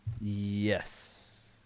Yes